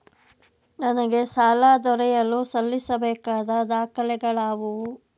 ನನಗೆ ಸಾಲ ದೊರೆಯಲು ಸಲ್ಲಿಸಬೇಕಾದ ದಾಖಲೆಗಳಾವವು?